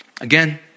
Again